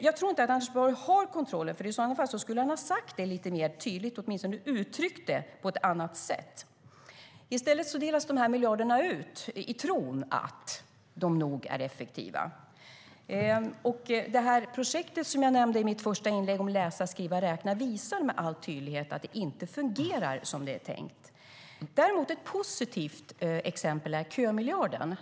Jag tror inte att Anders Borg har kontroll. I så fall skulle han ha sagt det lite tydligare och uttryckt sig på ett annat sätt. I stället delas de här miljarderna ut i tron att de nog är effektiva. Det läsa-skriva-räkna-projekt som jag nämnde i mitt första inlägg visar med all tydlighet att det inte fungerar som det är tänkt. Däremot är kömiljarden ett positivt exempel.